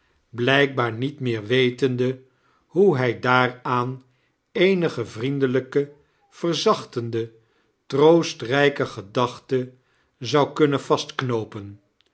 ijkbaar niet meer wetende hoe hij daaraan eenige vriendelijke verzachtende troostrijke gedachte zou kunnen vastknoopen